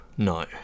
No